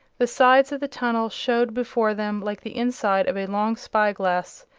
the sides of the tunnel showed before them like the inside of a long spy-glass,